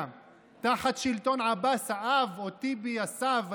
תחת שלטון עבאס האב או טיבי הסב,